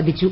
വധിച്ചു